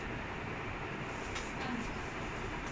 like it won't be our recording it will be someone else's recording